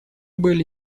были